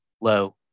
low